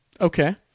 Okay